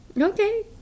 Okay